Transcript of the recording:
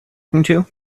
talking